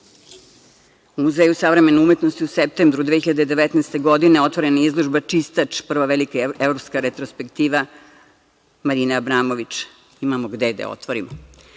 U Muzeju savremene umetnosti u septembru 2019. godine otvorena je izložba „Čistač“, prva velika evropska retrospektiva Marine Abramovič. Imamo gde da je otvorimo. Još